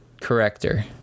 corrector